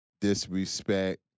disrespect